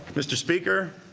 mr. speaker,